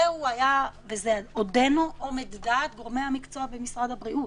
זה היה ועדיין נגד דעת גורמי המקצוע במשרד הבריאות.